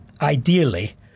ideally